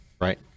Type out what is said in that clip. right